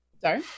sorry